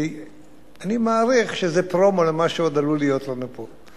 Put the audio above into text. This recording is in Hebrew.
כי אני מעריך שזה פרומו למה שעוד עלול להיות לנו פה.